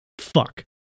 fuck